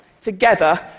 together